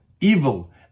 evil